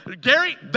Gary